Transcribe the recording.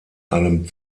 einem